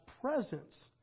presence